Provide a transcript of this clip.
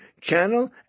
channel